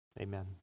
amen